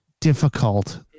difficult